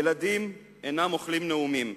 ילדים אינם אוכלים נאומים,